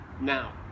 now